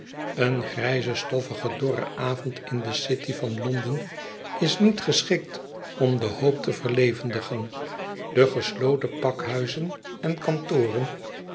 een grijze stoffige dorre avond in de city van londen is niet geschikt om de hoop te verlevendigen de gesloten pakhuizen en kantoren